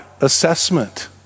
assessment